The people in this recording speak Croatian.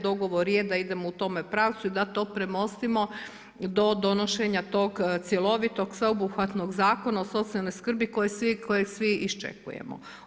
Dogovor je da idemo u tome pravcu i da to premostimo do donošenja tog cjelovitog sveobuhvatnog Zakona o socijalnoj skrbi kojeg svi iščekujemo.